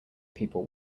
people